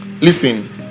Listen